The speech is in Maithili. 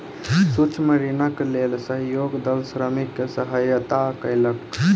सूक्ष्म ऋणक लेल सहयोग दल श्रमिक के सहयता कयलक